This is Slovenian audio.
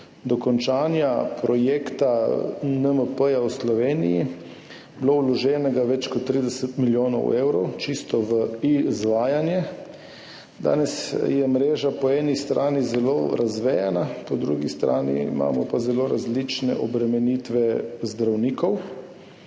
dokončanja projekta NMP v Sloveniji vloženih več kot 30 milijonov evrov čisto v izvajanje. Danes je mreža po eni strani zelo razvejana, po drugi strani imamo pa zelo različne obremenitve zdravnikov.